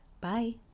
Bye